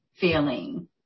feeling